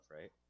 right